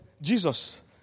Jesus